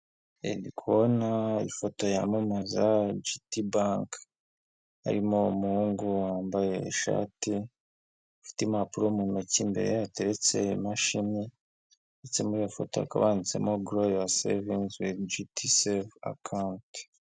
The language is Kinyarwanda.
Ndikubona kubona ifoto yamamaza jiti banki harimo umuhungu wambaye ishati ufite impapuro mu ntoki imbere ye hateretse i mashini ndetse muri iyo foto hakab handitsemo gorowu yowa sevingi wivi jiti akawunti.